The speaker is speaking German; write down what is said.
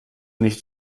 nicht